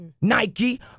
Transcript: Nike